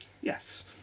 Yes